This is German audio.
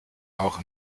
auch